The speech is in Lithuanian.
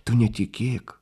tu netikėk